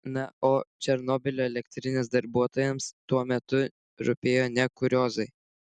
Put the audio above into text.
na o černobylio elektrinės darbuotojams tuo metu rūpėjo ne kuriozai